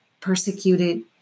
persecuted